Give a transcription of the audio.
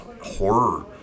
horror